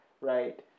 right